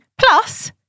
plus